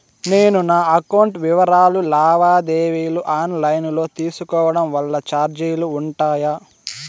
నేను నా అకౌంట్ వివరాలు లావాదేవీలు ఆన్ లైను లో తీసుకోవడం వల్ల చార్జీలు ఉంటాయా?